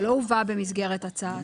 שלא הובא במסגרת הצעת החוק.